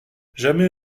jamais